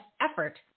effort